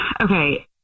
Okay